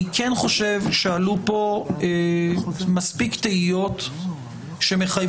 אני כן חושב שעלו פה מספיק תהיות שמחייבות